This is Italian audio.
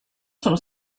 sono